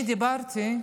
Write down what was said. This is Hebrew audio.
אני אמרתי,